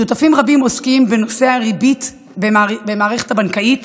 שותפים רבים עוסקים בנושא הריבית במערכת הבנקאית,